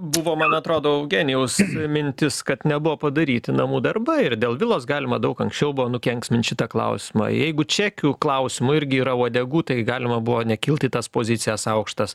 buvo man atrodo eugenijaus mintis kad nebuvo padaryti namų darbai ir dėl vilos galima daug anksčiau buvo nukenksmint šitą klausimą jeigu čekių klausimu irgi yra uodegų tai galima buvo nekilt į tas pozicijas aukštas